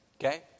Okay